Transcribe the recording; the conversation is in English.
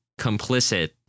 complicit